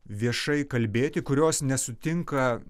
viešai kalbėti kurios nesutinka